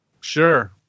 Sure